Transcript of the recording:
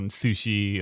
sushi